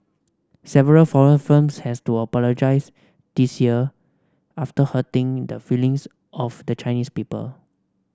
several foreign firms had to apologise this year after hurting the feelings of the Chinese people